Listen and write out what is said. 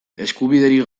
eskubiderik